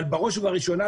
בראש ובראשונה,